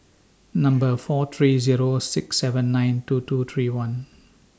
four three Zero six seven nine two two three one